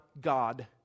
God